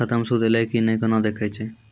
खाता मे सूद एलय की ने कोना देखय छै?